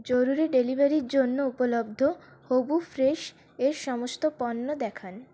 জরুরি ডেলিভারির জন্য উপলব্ধ হবু ফ্রেশের সমস্ত পণ্য দেখান